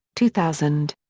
two thousand.